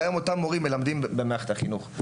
והיום אותם מורים מלמדים במערכת החינוך.